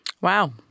Wow